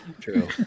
True